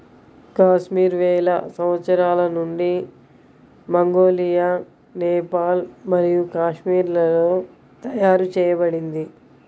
కాశ్మీర్ వేల సంవత్సరాల నుండి మంగోలియా, నేపాల్ మరియు కాశ్మీర్లలో తయారు చేయబడింది